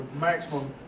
maximum